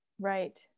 right